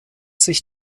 sich